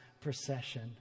procession